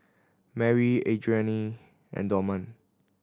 Marry Adrianne and Dorman